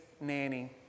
nanny